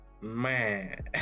man